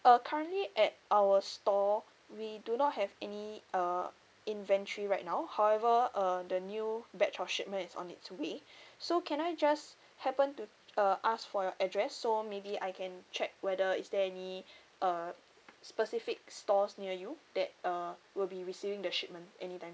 uh currently at our store we do not have any uh inventory right now however uh the new batch of shipment is on its way so can I just happen to uh ask for your address so maybe I can check whether is there any uh specific stores near you that uh will be receiving the shipment anytime